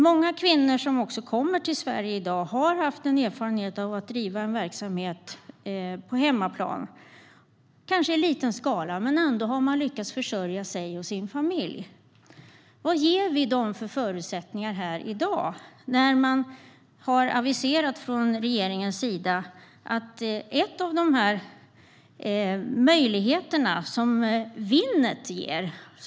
Många kvinnor som kommer till Sverige har erfarenhet av att driva verksamhet i hemlandet, kanske i liten skala, och har lyckats försörja sig och sin familj. Vad ger vi dem för förutsättningar när regeringen aviserat neddragningar av de möjligheter som Winnet ger?